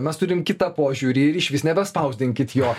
mes turim kitą požiūrį ir išvis nebespausdinkit jo